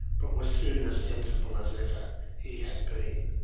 but was soon as sensible as ever he had been.